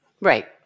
Right